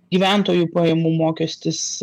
gyventojų pajamų mokestis